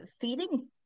feeding